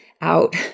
out